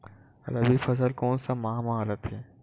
रबी फसल कोन सा माह म रथे?